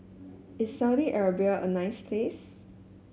is Saudi Arabia a nice place